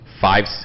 five